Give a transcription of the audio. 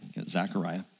Zechariah